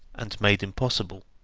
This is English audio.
and made impossible.